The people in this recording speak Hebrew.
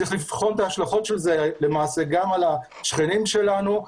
צריך לבחון את ההשלכות של זה גם על השכנים שלנו.